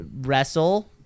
wrestle